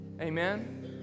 amen